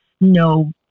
no